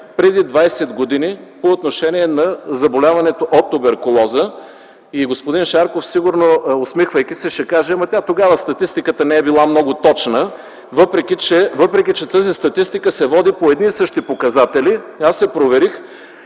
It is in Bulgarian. преди 20 години по отношение на заболяванията от туберкулоза. (Оживление.) Господин Шарков сигурно, усмихвайки се, ще каже: „Ама, тя тогава статистиката не е била много точна”, въпреки че тази статистика се води по едни и същи показатели. Аз проверих.